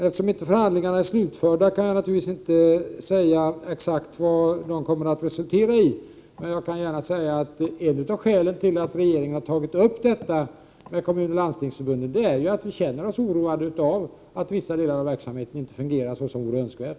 Eftersom förhandlingarna inte är slutförda kan jag naturligtvis inte säga exakt vad de kommer att resultera i, men jag kan gärna säga att ett av skälen till att regeringen har tagit upp detta med Kommunförbundet och Landstingsförbundet är att vi känner oss oroade av att vissa delar av verksamheten inte fungerar så som vore önskvärt.